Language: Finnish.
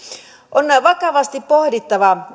on vakavasti pohdittava